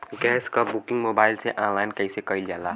Gas क booking mobile से online कईसे कईल जाला?